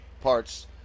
Parts